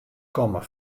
komme